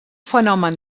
fenomen